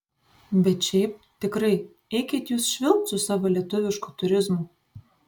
bet šiaip tikrai eikit jūs švilpt su savo lietuvišku turizmu